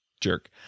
jerk